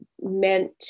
meant